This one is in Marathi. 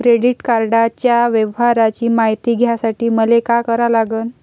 क्रेडिट कार्डाच्या व्यवहाराची मायती घ्यासाठी मले का करा लागन?